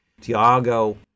Tiago